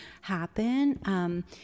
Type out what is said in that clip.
happen